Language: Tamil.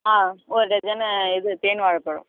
ஆ ஒரு டஜனு இது தேன் வாழைப்பழம்